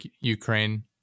Ukraine